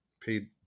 paid